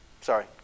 Sorry